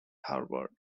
harvard